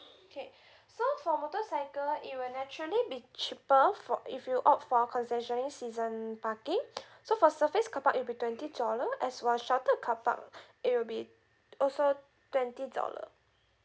okay so for motorcycle it will naturally be cheaper for if you opt for concessionary season parking so for surface car park it'll be twenty dollar as for car park it'll be also twenty dollar